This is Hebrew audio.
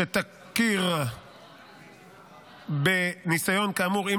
שתכיר בניסיון כאמור אם,